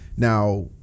Now